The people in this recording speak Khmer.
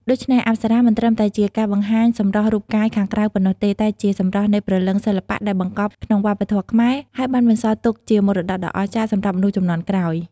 ដូច្នេះ អប្សរាមិនត្រឹមតែជាការបង្ហាញសម្រស់រូបកាយខាងក្រៅប៉ុណ្ណោះទេ តែជា សម្រស់នៃព្រលឹងសិល្បៈ ដែលបង្កប់ក្នុងវប្បធម៌ខ្មែរ ហើយបានបន្សល់ទុកជាមរតកដ៏អស្ចារ្យសម្រាប់មនុស្សជំនាន់ក្រោយ។